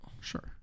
sure